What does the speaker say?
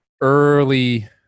early